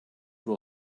will